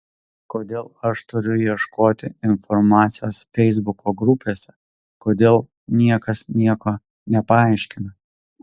kodėl aš turiu ieškoti informacijos feisbuko grupėse kodėl niekas nieko nepaaiškina